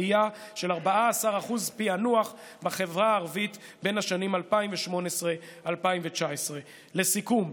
עלייה של 14% בפיענוח בחברה הערבית בשנים 2019-2018. לסיכום,